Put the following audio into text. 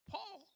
Paul